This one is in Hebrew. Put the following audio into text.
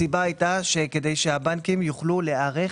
הסיבה הייתה שכדי שהבנקים יוכלו להיערך.